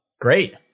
great